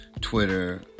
Twitter